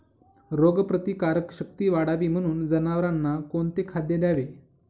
रोगप्रतिकारक शक्ती वाढावी म्हणून जनावरांना कोणते खाद्य द्यावे?